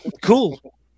cool